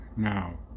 now